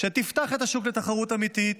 שתפתח את השוק לתחרות אמיתית